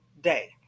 day